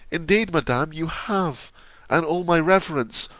indeed, madam, you have and all my reverence,